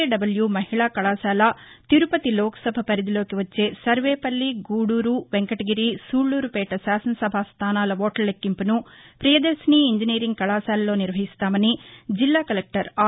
డబ్ల్య మహిళా కళాశాల తిరుపతి లోక్ సభ పరిధిలోకి వచ్చే సర్వేపల్లి గూడూరు వెంకటగిరి సూళ్లూరు పేట శాసన సభా స్థానాల ఓట్ల లెక్నింపును ప్రియదర్శిని ఇంజనీరింగ్ కళాశాలలో నిర్వహిస్తామని జిల్లా కలెక్టర్ ఆర్